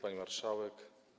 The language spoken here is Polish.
Pani Marszałek!